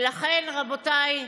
ולכן, רבותיי,